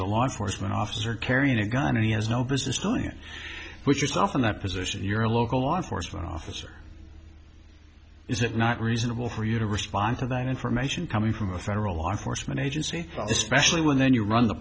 a law enforcement officer carrying a gun he has no business doing with yourself in that position you're a local law enforcement officer is it not reasonable for you to respond to that information coming from a federal law enforcement agency especially when you run the